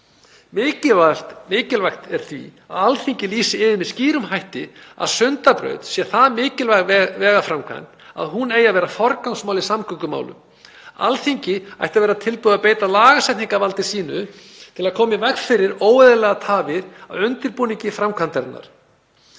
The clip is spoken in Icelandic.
Mikilvægt er því að Alþingi lýsi yfir með skýrum hætti að Sundabraut sé það mikilvæg vegaframkvæmd að hún eigi að vera forgangsmál í samgöngumálum. Alþingi ætti að vera tilbúið að beita lagasetningarvaldi sínu til að koma í veg fyrir óeðlilegar tafir á undirbúningi framkvæmdarinnar.